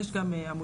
יש גם עמותות,